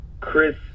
Chris